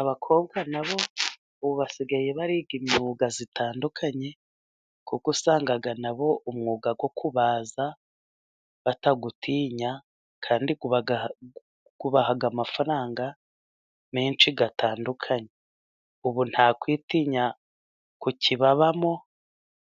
Abakobwa nabo, ubu basigaye biga imyuga itandukanye, kuko usanga nabo umwuga wo kubaza batawutinya, kandi ubaha amafaranga menshi atandukanye. Ubu nta kwitinya kukibabamo,